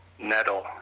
nettle